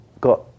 got